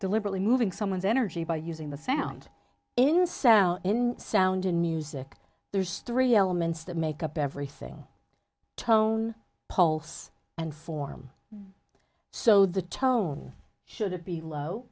deliberately moving someone's energy by using the sound insane in sound in music there's three elements that make up everything tone pulse and form so the tone should